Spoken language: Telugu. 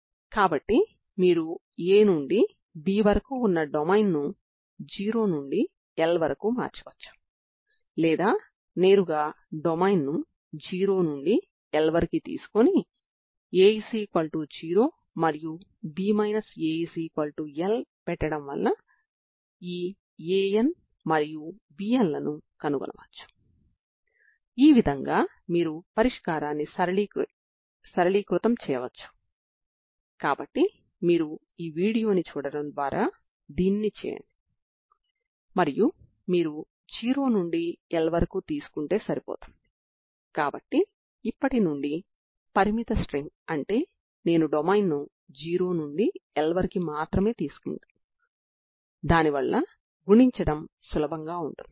కాబట్టి సరి లేదా బేసి ఫంక్షన్ గా విస్తరించకుండా మనం తరంగ సమీకరణం యొక్క సాధారణ పరిష్కారాన్ని చూడటం ద్వారా మరియు ఋణాత్మకం వైపున ఉన్న ఆర్బిటరీ ఫంక్షన్లను కనుక్కోవడానికి సరిహద్దు నియమాలను ఉపయోగించుకోవచ్చు